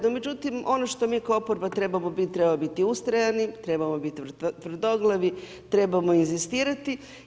No međutim ono što mi kao oporba trebamo biti, trebamo biti ustrajani, trebamo biti tvrdoglavi, trebamo inzistirati.